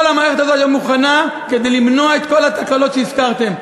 כל המערכת הזאת מוכנה כדי למנוע את כל התקלות שהזכרתם.